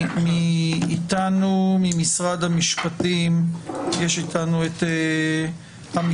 ממשרד המשפטים נמצאת איתנו עורכת הדין